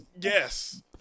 Yes